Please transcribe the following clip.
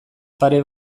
pare